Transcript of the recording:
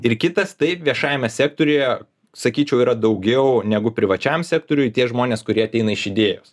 ir kitas taip viešajame sektoriuje sakyčiau yra daugiau negu privačiam sektoriui tie žmonės kurie ateina iš idėjos